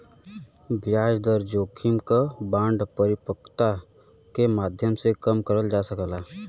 ब्याज दर जोखिम क बांड परिपक्वता के माध्यम से कम करल जा सकला